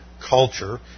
culture